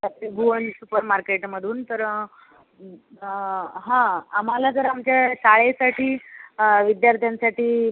त्रिभुवन super मार्केटमधून तर हां आम्हाला जर आमच्या शाळेसाठी विद्यार्थ्यांसाठी